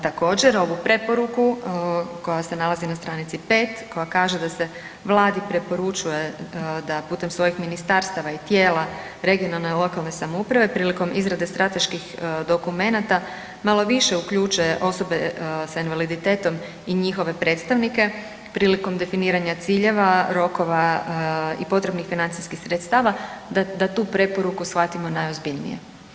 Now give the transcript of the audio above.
Također, ovu preporuku koja se nalazi na stranici 5 koja kaže da se Vladi preporučuje da preko svojih ministarstava i tijela regionalnih i lokalnih samouprave prilikom izrade strateških dokumenata malo više uključe osobe s invaliditetom i njihove predstavnike prilikom definiranja ciljeva, rokova i potrebnih financijskih sredstava da tu preporuku shvatimo najozbiljnije.